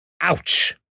Ouch